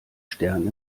stern